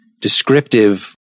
descriptive